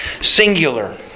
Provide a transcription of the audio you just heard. singular